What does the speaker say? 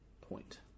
point